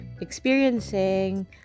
experiencing